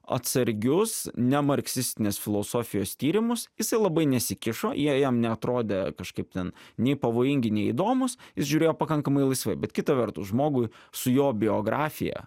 atsargius nemarksistinės filosofijos tyrimus jisai labai nesikišo jie jam neatrodė kažkaip ten nei pavojingi nei įdomūs jis žiūrėjo pakankamai laisvai bet kita vertus žmogui su jo biografija